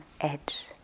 edge